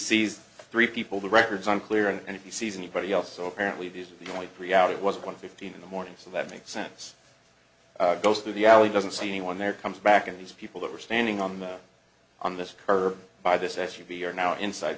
sees three people the records unclear and if he sees anybody else so apparently these are the only three out it was one fifteen in the morning so that makes sense goes through the alley doesn't seeing one there comes back and these people that were standing on the on this curb by this s u v are now inside